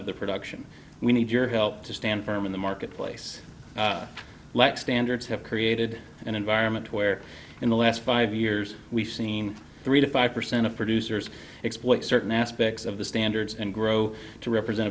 of the production we need your help to stand firm in the marketplace lax standards have created an environment where in the last five years we've seen three to five percent of producers exploit certain aspects of the standards and grow to represent